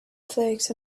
flakes